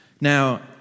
Now